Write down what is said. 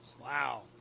wow